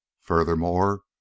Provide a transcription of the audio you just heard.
Furthermore